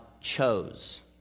chose